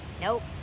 Nope